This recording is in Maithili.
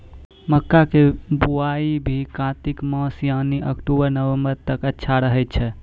मक्का के बुआई भी कातिक मास यानी अक्टूबर नवंबर तक अच्छा रहय छै